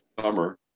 summer